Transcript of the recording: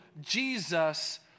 Jesus